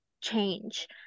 change